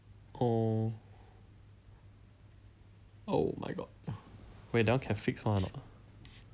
oh oh my god wait ah can fix [one] or not